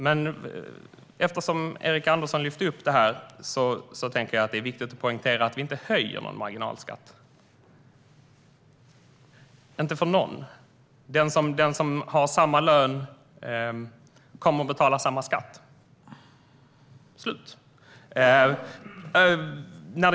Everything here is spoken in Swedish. Men eftersom Erik Andersson lyfte upp den tycker jag att det är viktigt att poängtera att vi inte höjer någon marginalskatt, inte för någon. Den som har samma lön kommer att betala samma skatt - slut.